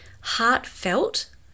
heartfelt